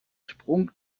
sprung